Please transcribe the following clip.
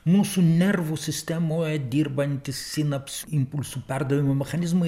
mūsų nervų sistemoje dirbantys sinapsių impulsų perdavimo mechanizmai